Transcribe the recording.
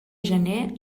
gener